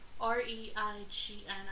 R-E-I-G-N